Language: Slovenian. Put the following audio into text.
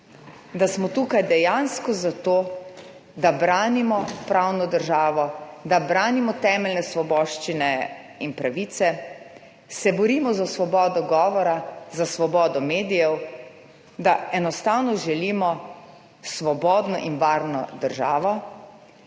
da smo tukaj dejansko zato, da branimo pravno državo, da branimo temeljne svoboščine in pravice, se borimo za svobodo govora, za svobodo medijev, da enostavno želimo svobodno in varno državo,